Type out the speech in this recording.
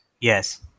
Yes